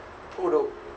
bodoh